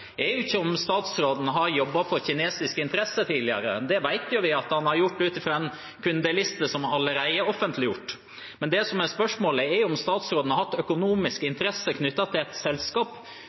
statsråden har jobbet for kinesiske interesser tidligere. Det vet vi jo at han har gjort, ut fra en kundeliste som allerede er offentliggjort. Men det som er spørsmålet, er om statsråden har hatt økonomiske interesser knyttet til et selskap